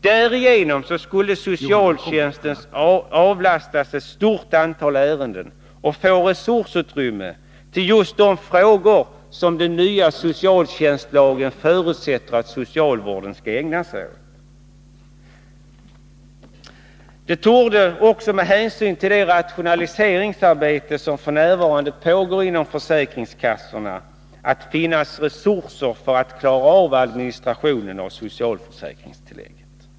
Därigenom skulle socialtjänsten avlastas ett stort antal ärenden och få resursutrymme för just de frågor som den nya socialtjänstlagen förutsätter att socialvården skall ägna sig åt. Det torde också med hänsyn till det rationaliseringsarbete som f.n. pågår inom försäkringskassorna finnas resurser för att klara av administrationen av socialförsäkringstillägget.